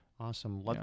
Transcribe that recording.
Awesome